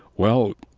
well,